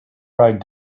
tried